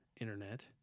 Internet